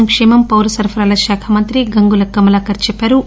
సంకేమ పౌర సరఫరాల శాఖ మంత్రి గంగుల కమలాకర్ అన్నా రు